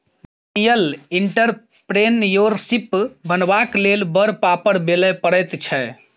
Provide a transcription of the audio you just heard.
millennial entrepreneurship बनबाक लेल बड़ पापड़ बेलय पड़ैत छै